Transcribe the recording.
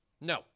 No